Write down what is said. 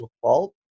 fault